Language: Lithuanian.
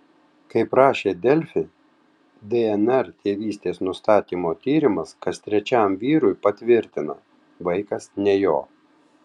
kaip rašė delfi dnr tėvystės nustatymo tyrimas kas trečiam vyrui patvirtina vaikas ne jo